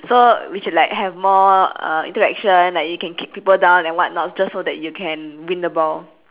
so we should like have like more uh interaction like you can kick people down and what not just so that you can win the ball